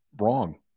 wrong